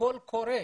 קול קורא